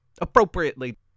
Appropriately